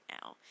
now